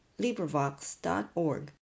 LibriVox.org